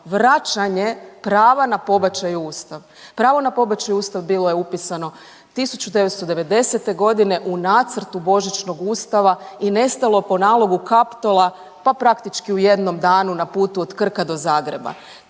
vraćanje prava na pobačaj u ustav, pravo na pobačaj u ustav bilo je upisano 1990.g. u Nacrtu Božićnog ustava i nestalo po nalogu Kaptola pa praktički u jednom danu na putu od Krka do Zagreba.